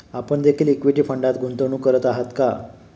आपण देखील इक्विटी फंडात गुंतवणूक करत आहात का?